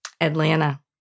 Atlanta